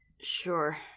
sure